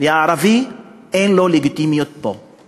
והערבי אין לו לגיטימיות פה.